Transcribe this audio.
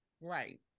right